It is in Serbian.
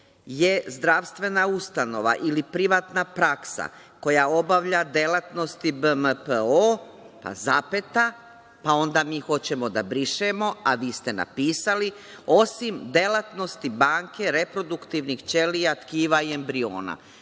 je zdravstvena ustanova ili privatna praksa koja obavlja delatnosti BMPO pa zapeta, pa onda mi hoćemo da brišemo, a vi ste napisali – osim delatnosti banke reproduktivnih ćelija, tkiva i embriona. Dakle,